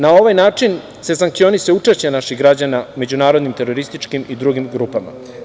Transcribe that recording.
Na ovaj način se sankcioniše učešće naših građana međunarodnim terorističkim i drugim grupama.